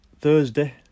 Thursday